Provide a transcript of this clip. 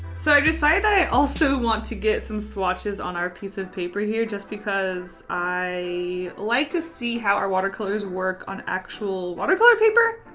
so, i decided that i also want to get some swatches on our piece of paper here just because i. like to see how our watercolors work on actual watercolor paper?